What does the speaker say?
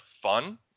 fun